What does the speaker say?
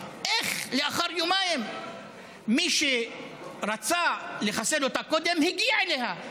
איך לאחר יומיים מי שרצה לחסל אותה קודם הגיע אליה?